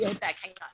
back